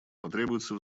потребуется